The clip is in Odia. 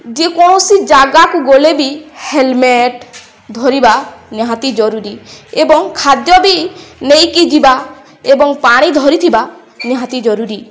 ଯେକୌଣସି ଜାଗାକୁ ଗଲେ ବି ହେଲମେଟ ଧରିବା ନିହାତି ଜରୁରୀ ଏବଂ ଖାଦ୍ୟ ବି ନେଇକି ଯିବା ଏବଂ ପାଣି ଧରିଥିବା ନିହାତି ଜରୁରୀ